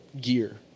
gear